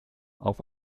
auf